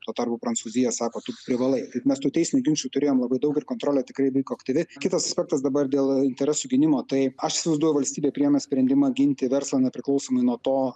tuo tarpu prancūzija sako tu privalai taip mes tų teisinių ginčų turėjom labai daug ir kontrolė tikrai vyko aktyvi kitas aspektas dabar dėl interesų gynimo tai aš įsivaizduoju valstybė priėmė sprendimą ginti verslą nepriklausomai nuo to